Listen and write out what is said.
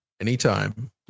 Anytime